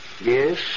yes